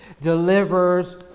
delivers